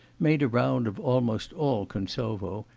made a round of almost all kuntsovo,